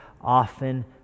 often